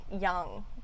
young